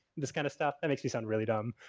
this kind of stuff. that makes me sound really dumb.